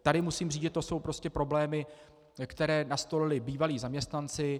Tady musím říct, že to jsou prostě problémy, které nastolili bývalí zaměstnanci.